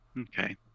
okay